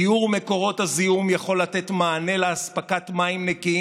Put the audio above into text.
טיהור מקורות הזיהום יכול לתת מענה לאספקת מים נקיים